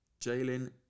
Jalen